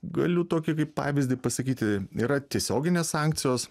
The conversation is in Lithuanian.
galiu tokį kaip pavyzdį pasakyti yra tiesioginės sankcijos